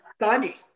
sunny